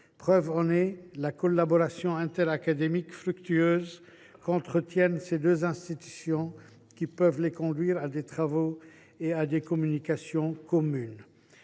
Preuve en est, la collaboration interacadémique fructueuse qu’entretiennent ces deux institutions et qui peut les conduire à des travaux et à des communications communs.